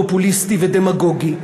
פופוליסטי ודמגוגי,